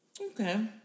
Okay